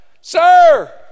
sir